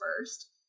first